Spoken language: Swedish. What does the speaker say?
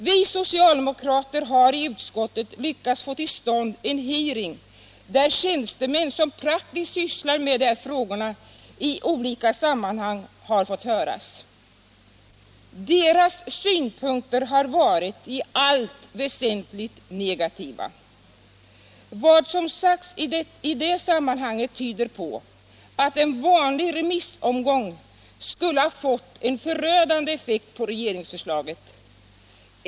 Vi socialdemokrater har i utskottet lyckats få till stånd en hearing, där tjänstemän som praktiskt sysslar med de här frågorna i olika sammanhang fått höras. Deras synpunkter har varit i allt väsentligt negativa. Vad som sagts i det sammanhanget tyder på att en vanlig remissomgång skulle ha fått en förödande effekt på regeringsförslaget.